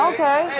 Okay